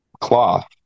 cloth